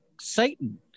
Satan